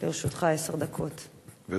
הצעה מס' 7849. לרשותך עשר דקות.